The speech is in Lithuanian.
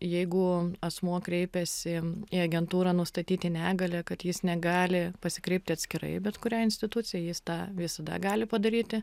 jeigu asmuo kreipiasi į agentūrą nustatyti negalią kad jis negali pasikreipti atskirai į bet kurią instituciją jis tą visada gali padaryti